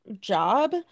job